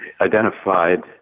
identified